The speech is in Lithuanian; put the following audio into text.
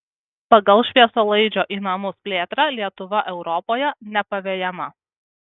pagal šviesolaidžio į namus plėtrą lietuva europoje nepavejama